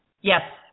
Yes